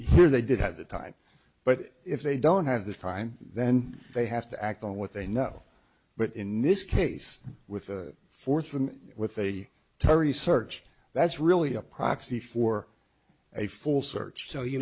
here they did have the time but if they don't have the time then they have to act on what they know but in this case with force and with a terry search that's really a proxy for a full search so you